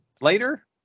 later